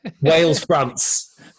Wales-France